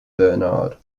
bernard